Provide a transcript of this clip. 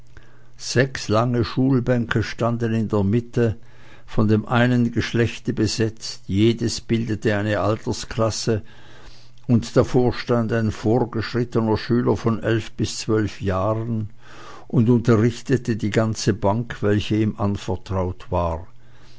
sechs lange schulbänke standen in der mitte von dem einen geschlechte besetzt jede bildete eine altersklasse und davor stand ein vorgeschrittener schüler von elf bis zwölf jahren und unterrichtete die ganze bank welche ihm anvertraut war